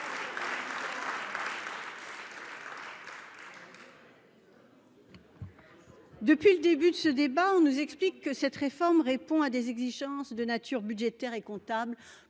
Depuis le début de ce débat, on nous explique que cette réforme répond à des exigences de nature budgétaire et comptable